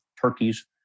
turkeys